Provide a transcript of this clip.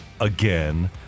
again